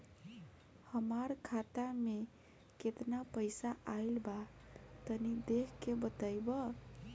हमार खाता मे केतना पईसा आइल बा तनि देख के बतईब?